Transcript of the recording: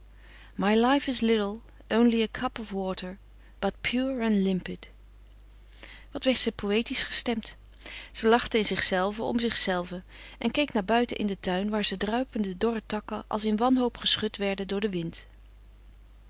life is little only a cup of water but pure and limpid wat werd ze poëtisch gestemd ze lachte in zichzelve om zichzelve en keek naar buiten in den tuin waar de druipende dorre takken als in wanhoop geschud werden door den wind